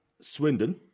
Swindon